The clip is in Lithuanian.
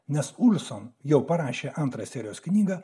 nes ruso jau parašė antrą serijos knygą